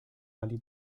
ali